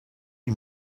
you